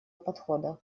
подхода